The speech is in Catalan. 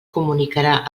comunicarà